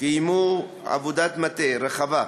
קיימו עבודת מטה רחבה,